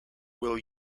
will